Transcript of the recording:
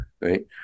right